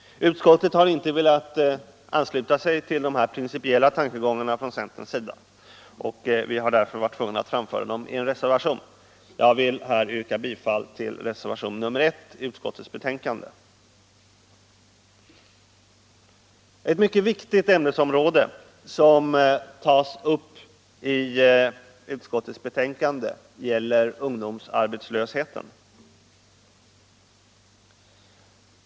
Utskottet har inte velat ansluta sig till de här principiella tankegångarna från centern, och vi har därför varit tvungna att framföra dem i en reservation. Jag ber här att få yrka bifall till reservationen 1 vid utskottets betänkande. Ett mycket viktigt ämnesområde som tas upp i betänkandet gäller ungdomsarbetslösheten.